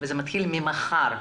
החל ממחר.